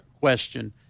question